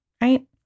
right